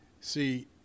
see